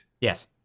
yes